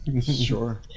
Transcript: sure